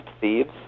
thieves